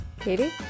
Katie